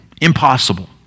Impossible